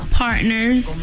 partners